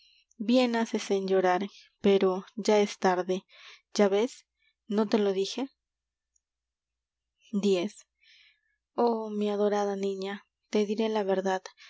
bien haces llorar pero ya es tarde ya ves no te lo dije mmrmwwvm mpmwwwvxmmfwmíwmíwv x h te tus mi adorada niña diré la verdad